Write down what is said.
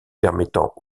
permettant